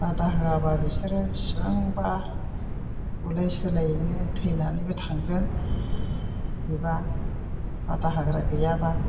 बादा होयाबा बिसोरो बिसिबांबा बुलाय सोलायैनो थैनानैबो थांगोन एबा बादा होग्रा गैयाबा